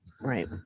Right